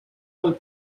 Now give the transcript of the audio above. mal